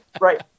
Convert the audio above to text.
Right